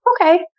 okay